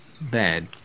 bad